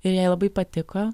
ir jai labai patiko